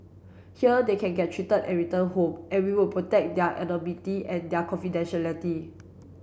here they can get treated and return home and we will protect their anonymity and their confidentiality